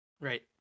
Right